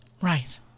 Right